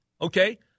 Okay